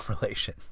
relation